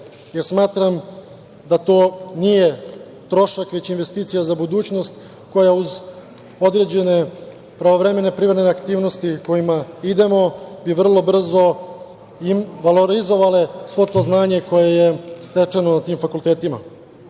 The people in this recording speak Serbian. jer smatram da to nije trošak, već investicija za budućnost koja uz određene pravovremene privremene aktivnosti kojima idemo i vrlo brzo valorizovale svo to znanje koje je stečeno na tim fakultetima. Takođe